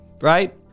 right